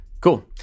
cool